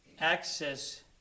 Access